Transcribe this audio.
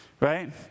right